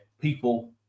people